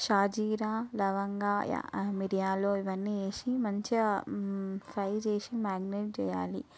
షాజీరా లవంగాలు ఆ మిరియాలు ఇవన్నీ వేసి మంచిగా ఫ్రై చేసి మ్యారినేట్ చేయాలి